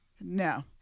No